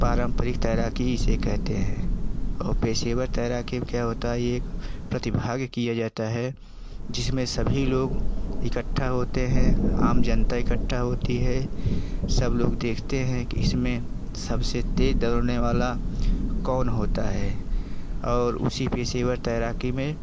पारंपरिक तैराकी इसे कहते है और पेशेवर तैराकी में क्या होता एक प्रतिभाग किया जाता है जिसमें सभी लोग इकट्ठा होते हैं आम जनता इकट्ठा होती है सब लोग देखते हैं कि इसमें सबसे तेज़ दौड़ने वाला कौन होता है और उसी पेशेवर तैराकी में